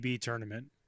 tournament